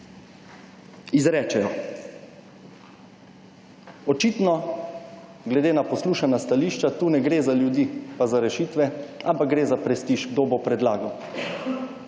izrečejo. Očitno, glede na poslušana stališča, tu ne gre za ljudi, pa za rešitve, ampak gre za prestiž, kdo bo predlagal.